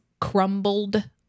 crumbled